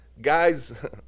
guys